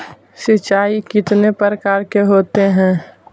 सिंचाई कितने प्रकार के होते हैं?